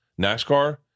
NASCAR